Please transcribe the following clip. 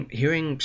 hearing